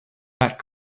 that